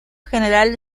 general